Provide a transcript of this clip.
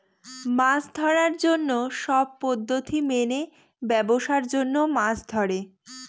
মাছ ধরার জন্য সব পদ্ধতি মেনে ব্যাবসার জন্য মাছ ধরে